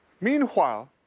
Meanwhile